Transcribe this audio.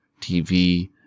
TV